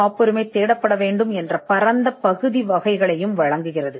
காப்புரிமையைத் தேட வேண்டிய சில பரந்த பகுதிகளையும் இது வழங்குகிறது